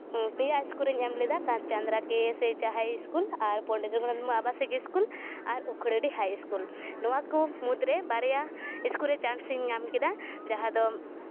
ᱯᱮᱭᱟ ᱤᱥᱠᱩᱞ ᱨᱤᱧ ᱮᱢ ᱞᱮᱫᱟ ᱪᱟᱸᱫᱽᱲᱟ ᱠᱮ ᱮᱥ ᱮᱭᱤᱪ ᱦᱟᱭ ᱤᱥᱠᱩᱞ ᱟᱨ ᱯᱚᱱᱰᱤᱛ ᱨᱩᱜᱷᱩᱱᱟᱛᱷ ᱢᱩᱨᱢᱩ ᱟᱵᱟᱥᱤᱠ ᱤᱥᱠᱩᱞ ᱟᱨ ᱩᱠᱷᱲᱟᱹᱰᱤ ᱦᱟᱭ ᱤᱥᱠᱩᱞ ᱱᱚᱣᱟ ᱠᱚ ᱢᱩᱫᱽᱨᱮ ᱵᱟᱨᱭᱟ ᱤᱥᱠᱩᱞ ᱨᱮ ᱪᱟᱱᱥᱤᱧ ᱧᱟᱢ ᱠᱮᱫᱟ ᱡᱟᱦᱟᱸ ᱫᱚ